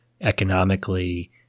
economically